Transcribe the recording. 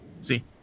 see